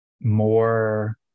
more